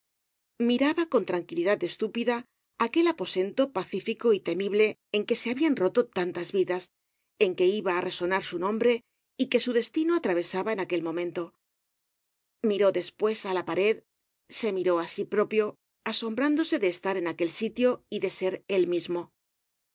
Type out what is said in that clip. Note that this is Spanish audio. miraba con tranquilidad estúpida aquel aposento pacífico y temible en que se habian roto tantas vidas en que iba á resonar su nombre y que su destino atravesaba en aquel momento miró despues á la pared se miró á sí propio asombrándose de estar en aquel sitio y de ser él mismo